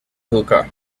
hookah